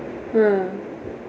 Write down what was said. ah